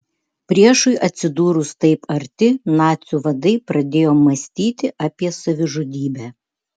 priešui atsidūrus taip arti nacių vadai pradėjo mąstyti apie savižudybę